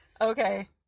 okay